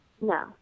No